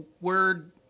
word